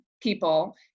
people